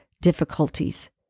difficulties